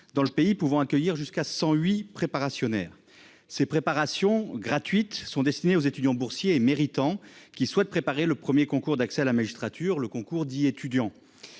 dans le pays, pouvant accueillir jusqu'à 108 préparation nerfs ces préparations gratuites sont destinées aux étudiants boursiers méritants qui souhaitent préparer le 1er concours d'accès à la magistrature le concours dit étudiant.